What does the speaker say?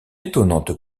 étonnante